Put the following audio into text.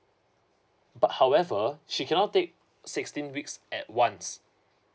but however she cannot take sixteen weeks at once